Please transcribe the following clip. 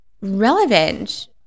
relevant